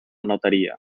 notaria